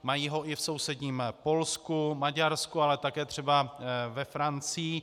Mají ho i v sousedním Polsku, Maďarsku, ale také třeba ve Francii.